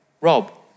Rob